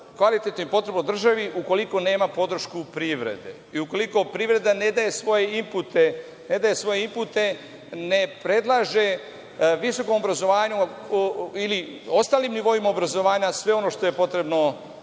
kvalitetno i potrebno državi ukoliko nema podršku privrede i ukoliko privreda ne daje svoje inpute, ne predlaže visokom obrazovanju ili ostalim nivoima obrazovanja sve ono što je potrebno